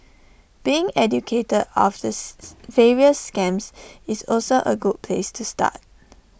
being educated of the various scams is also A good place to start